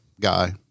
guy